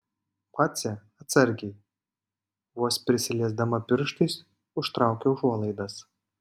vacė atsargiai vos prisiliesdama pirštais užtraukia užuolaidas